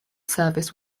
service